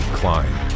climb